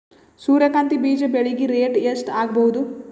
ಸೂರ್ಯ ಕಾಂತಿ ಬೀಜ ಬೆಳಿಗೆ ರೇಟ್ ಎಷ್ಟ ಆಗಬಹುದು?